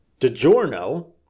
DiGiorno